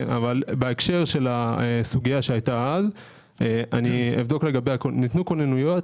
אבל בהקשר הסוגיה שהייתה אז - ניתנו כוננויות.